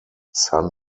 san